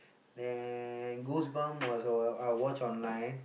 then Goosebumps was uh I watch online